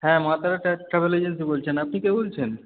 হ্যাঁ মা তারা ট্রা ট্রাভেল এজেন্সি বলছেন আপনি কে বলছেন